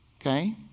okay